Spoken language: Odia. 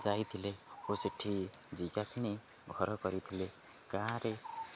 ଯାଇଥିଲେ ଓ ସେଠି ଯାଗା କିଣି ଘର କରିଥିଲେ ଗାଁରେ